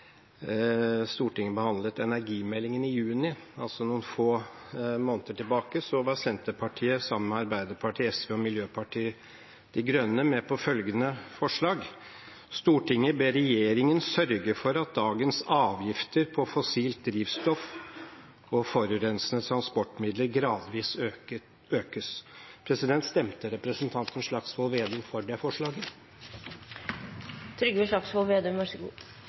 Stortinget behandlet energimeldingen i juni, altså for noen få måneder tilbake, var Senterpartiet sammen med Arbeiderpartiet, SV og Miljøpartiet De Grønne med på følgende forslag: «Stortinget ber regjeringen sørge for at dagens avgifter på fossilt drivstoff og forurensende transportmidler gradvis økes.» Stemte representanten Slagsvold Vedum for det forslaget?